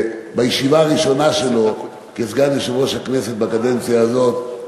בישיבה הראשונה שלו כסגן יושב-ראש הכנסת בקדנציה הזאת.